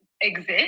exist